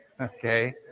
Okay